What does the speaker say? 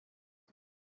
بشم